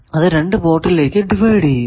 അത് രണ്ടു പോർട്ടിലേക്കു ഡിവൈഡ് ചെയ്യുന്നു